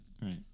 right